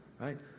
right